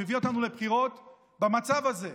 שמביא אותנו לבחירות במצב הזה.